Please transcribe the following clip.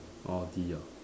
Audi ah